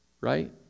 right